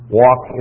walk